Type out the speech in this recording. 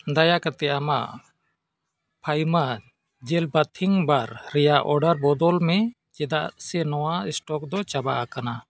ᱫᱟᱭᱟ ᱠᱟᱛᱮᱫ ᱟᱢᱟᱜ ᱯᱷᱤᱭᱟᱢᱟ ᱡᱮᱞ ᱵᱟᱛᱷᱤᱝ ᱵᱟᱨ ᱨᱮᱭᱟᱜ ᱚᱰᱟᱨ ᱵᱚᱫᱚᱞ ᱢᱮ ᱪᱮᱫᱟᱜ ᱥᱮ ᱱᱚᱣᱟ ᱥᱴᱚᱠ ᱫᱚ ᱪᱟᱵᱟ ᱟᱠᱟᱱᱟ